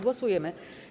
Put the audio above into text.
Głosujemy.